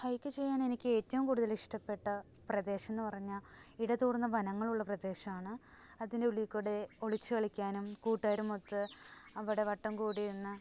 hike ചെയ്യാൻ എനിക്കേറ്റവും കൂടുതലിഷ്ടപെട്ട പ്രദേശം എന്ന് പറഞ്ഞാൽ ഇടതൂർന്ന വനങ്ങളുള്ള പ്രദേശമാണ് അതിൻ്റെ ഉള്ളിൽ കൂടെ ഒളിച്ചുകളിക്കാനും കൂട്ടുകാരുമൊത്ത് അവിടെ വട്ടം കൂടിയിരുന്ന്